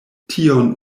tion